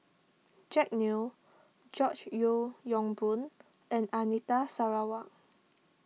Jack Neo George Yeo Yong Boon and Anita Sarawak